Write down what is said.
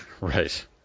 right